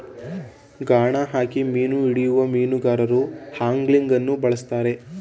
ಗಾಣ ಹಾಕಿ ಮೀನು ಹಿಡಿಯುವ ಮೀನುಗಾರರು ಆಂಗ್ಲಿಂಗನ್ನು ಬಳ್ಸತ್ತರೆ